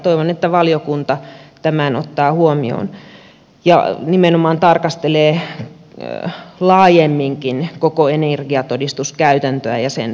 toivon että valiokunta tämän ottaa huomioon ja nimenomaan tarkastelee laajemminkin koko energiatodistuskäytäntöä ja sen parantamista